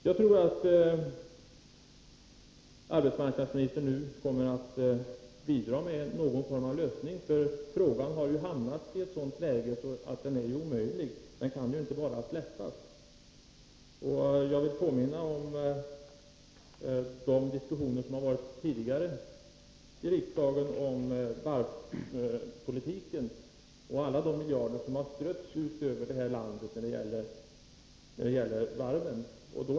Jag tror att arbetsmarknadsministern nu kommer att bidra med någon form av lösning. Frågan har ju hamnat i ett sådant läge att det inte är möjligt att bara släppa den. Jag vill påminna om tidigare diskussioner i fråga om varvspolitiken och om alla de miljarder som strötts ut över landet till stöd för varven.